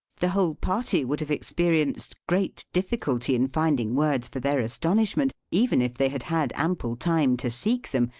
the whole party would have experienced great difficulty in finding words for their astonishment, even if they had had ample time to seek them.